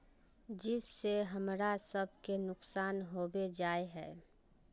जिस से हमरा सब के नुकसान होबे जाय है?